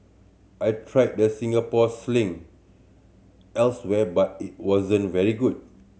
I tried the Singapore Sling elsewhere but it wasn't very good